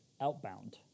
outbound